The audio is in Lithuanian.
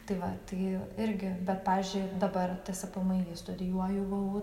tai va tai irgi bet pavyzdžiui dabar tspmi studijuoju vu